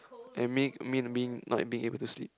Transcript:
and make me being not being able to sleep